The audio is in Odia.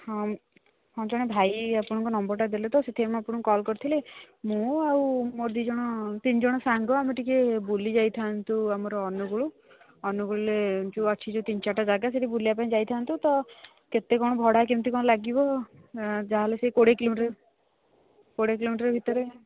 ହଁ ହଁ ଜଣେ ଭାଇ ଆପଣଙ୍କ ନମ୍ବରଟା ଦେଲେ ତ ସେଥିପାଇଁ ମୁଁ ଆପଣଙ୍କୁ କଲ୍ କରିଥିଲେ ମୁଁ ଆଉ ମୋର ଦୁଇ ଜଣ ତିନି ଜଣ ସାଙ୍ଗ ଆମେ ଟିକେ ବୁଲି ଯାଇଥାନ୍ତୁ ଆମର ଅନୁଗୁଳୁ ଅନୁଗୁଳରେ ଯେଉଁ ଅଛି ଯେଉଁ ତିନି ଚାରିଟା ଜାଗା ସେଇଠି ବୁଲିବା ପାଇଁ ଯାଇଥାନ୍ତୁ ତ କେତେ କ'ଣ ଭଡ଼ା କେମିତି କ'ଣ ଲାଗିବ ଯାହାହେଲେ ସେ କୋଡ଼ିଏ କିଲୋମିଟର କୋଡ଼ିଏ କିଲୋମିଟର ଭିତରେ